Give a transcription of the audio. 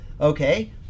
Okay